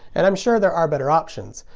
and i'm sure there are better options,